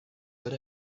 with